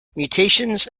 mutations